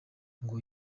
ngo